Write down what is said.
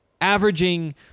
Averaging